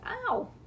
ow